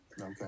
Okay